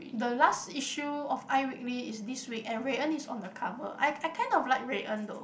the last issue of iWeekly is this week and Rui-En is on the cover I I kind of like Rui-En though